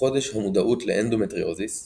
חודש המודעות לאנדומטריוזיס